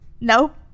Nope